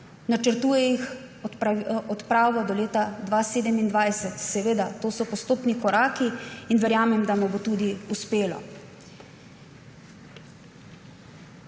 načrtuje do leta 2027. Seveda, to so postopni koraki in verjamem, da mu bo tudi uspelo.